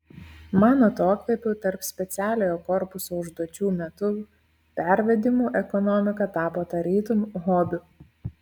man atokvėpių tarp specialiojo korpuso užduočių metu pervedimų ekonomika tapo tarytum hobiu